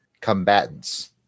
Combatants